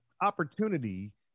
opportunity